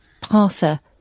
Partha